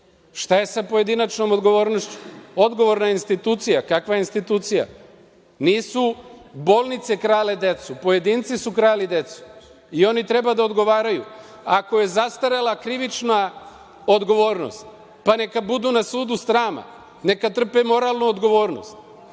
je sa pojedinačnom odgovornošću? Odgovorna institucija. Kakva institucija? Nisu bolnice krale decu, pojedinci su krali decu i oni treba da odgovaraju. Ako je zastarela krivična odgovornost, pa neka budu na sudu srama, neka trpe moralnu odgovornost,